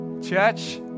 Church